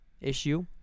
issue